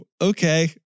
okay